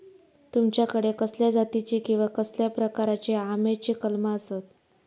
तुमच्याकडे कसल्या जातीची किवा कसल्या प्रकाराची आम्याची कलमा आसत?